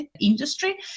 industry